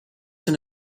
than